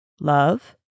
Love